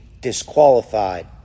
disqualified